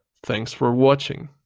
thanks for watching!